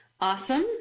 Awesome